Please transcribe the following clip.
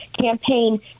campaign